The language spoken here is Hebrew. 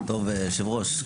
היושב-ראש,